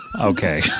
Okay